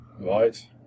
right